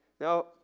Now